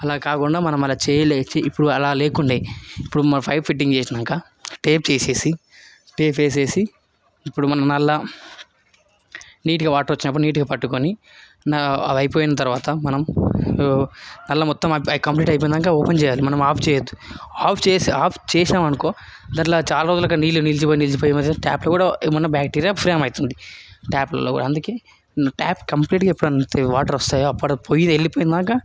అలాకాకుండా మనం మన చేయి లేచి ఇప్పుడు అలా లేకుండే ఇప్పుడు పైప్ ఫిట్టింగ్ చేసినాక టేప్ వేసేసి టేప్ వేసేసి ఇప్పుడు మనం నల్లా నీటుగా వాటర్ వచ్చినప్పుడు నీటుగా పట్టుకొని అది అయిపోయిన తర్వాత మనం నల్లా మొత్తం అయ్యి కంప్లీట్ అయిపోయిన తర్వాత ఓపెన్ చేయాలి మనం ఆఫ్ చేయొద్దు ఆఫ్ చేసి ఆఫ్ చేశామనుకో దాంట్లో చాలా రోజులకి నీళ్లు నిలిచిపోయి ఏమవుతాదంటే టాప్లో కూడా మన బ్యాక్టీరియా ఫామ్ అవుతుంది టాప్లో కూడా అందుకే టాప్ కంప్లీట్గా ఎప్పుడైతే వాటర్ వస్తాయో అప్పుడు పోయి వెళ్ళిపోయాకా